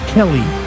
Kelly